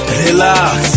relax